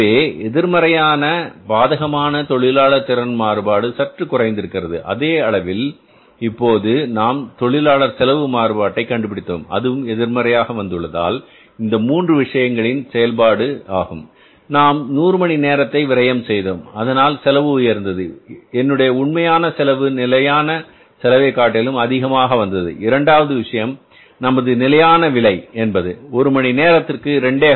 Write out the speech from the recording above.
எனவே எதிர்மறையான பாதகமான தொழிலாளர் திறன் மாறுபாடு சற்று குறைந்திருக்கிறது அதே அளவுகளில் இப்போது நாம் தொழிலாளர் செலவு மாறுபாட்டை கண்டுபிடித்தோம் அதுவும் எதிர்மறையாக வந்துள்ளதால் இது இந்த மூன்று விஷயங்களின் செயல்பாடு ஆகும் நாம் 100 மணி நேரத்தை விரையம் செய்தோம் அதனால் செலவு உயர்ந்தது என்னுடைய உண்மையான செலவு நிலையான செலவைக் காட்டிலும் அதிகமாக வந்தது இரண்டாவது விஷயம் நமது நிலையான விலை என்பது ஒரு மணி நேரத்திற்கு 2